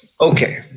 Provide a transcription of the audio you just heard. Okay